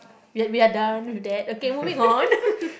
we are we are done with that okay moving on